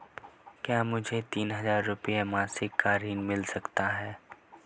क्या मुझे तीन हज़ार रूपये मासिक का ऋण मिल सकता है?